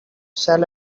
sell